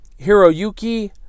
Hiroyuki